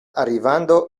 arrivando